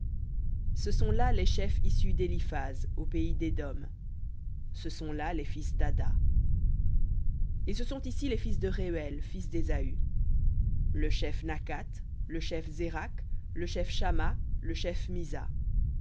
ce sont là les chefs d'éliphaz au pays d'édom ce sont là les fils dada et ce sont ici les fils de rehuel fils d'ésaü le chef nakhath le chef zérakh le chef shamma le chef mizza